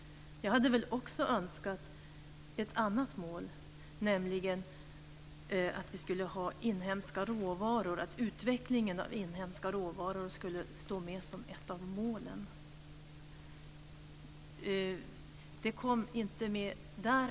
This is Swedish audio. Jag hade väl också önskat att utvecklingen beträffande inhemska råvaror skulle finnas med bland målen, men detta kom inte med där.